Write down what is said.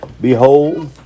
Behold